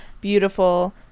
beautiful